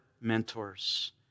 mentors